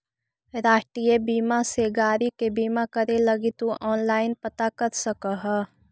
राष्ट्रीय बीमा से गाड़ी के बीमा करे लगी तु ऑनलाइन पता कर सकऽ ह